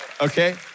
Okay